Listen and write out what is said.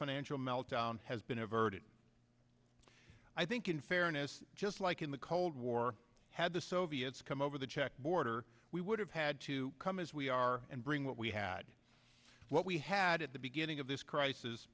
financial meltdown has been averted i think in fairness just like in the cold war had the soviets come over the czech border we would have had to come as we are and bring what we had what we had at the beginning of this crisis